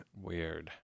Weird